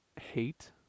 hate